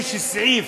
יש סעיף,